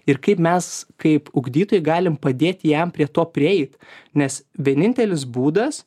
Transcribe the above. ir kaip mes kaip ugdytojai galim padėti jam prie to prieit nes vienintelis būdas